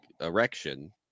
erection